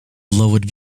lowered